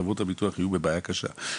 חברות הביטוח יהיו בבעיה קשה,